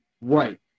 right